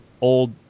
old